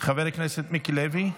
חבר הכנסת מיקי לוי,